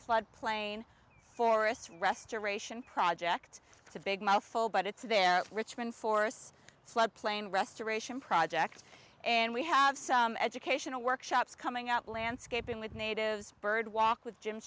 floodplain forests restoration project it's a big mouthful but it's their richmond forests floodplain restoration project and we have some educational workshops coming out landscaping with natives bird walk with jim